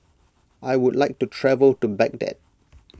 I would like to travel to Baghdad